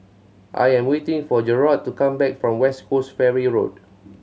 I am waiting for Jarrod to come back from West Coast Ferry Road